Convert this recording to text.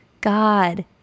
God